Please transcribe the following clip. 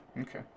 Okay